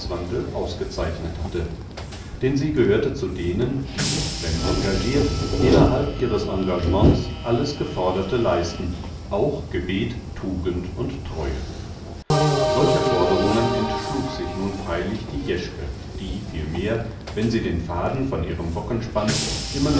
ausgezeichnet hatte denn sie gehörte zu denen die wenn engagirt innerhalb ihres engagements alles geforderte leisten auch gebet tugend und treue solcher forderungen entschlug sich nun freilich die jeschke die vielmehr wenn sie den faden von ihrem wocken spann immer